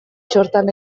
txortan